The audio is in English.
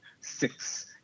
six